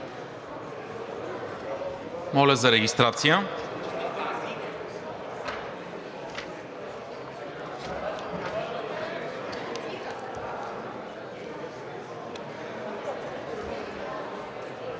моля за регистрация.